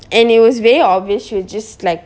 and it was very obvious she was just like